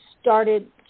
started